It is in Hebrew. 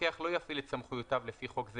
מפקח לא יפעיל את סמכויותיו לפי חוק זה